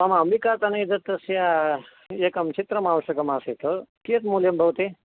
नाम अम्बिकातनयदत्तस्य एकं चित्रम् आवश्यकमासीत् कियत् मूल्यं भवति